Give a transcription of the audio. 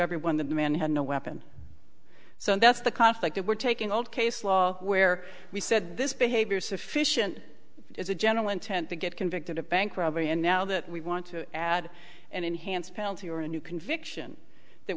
everyone that the man had no weapon so that's the conflict that we're taking old case law where we said this behavior sufficient is a general intent to get convicted of bank robbery and now that we want to add an enhanced penalty or a new conviction that